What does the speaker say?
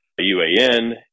UAN